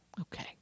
Okay